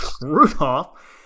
Rudolph